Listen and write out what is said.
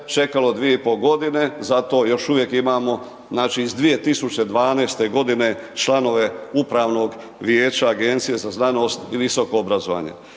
čekalo 2,5 godine, zato još uvijek imamo iz 2012. g. članove Upravnog vijeća Agencije za znanost i visoko obrazovanje.